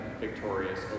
victorious